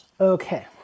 Okay